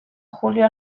julio